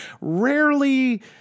rarely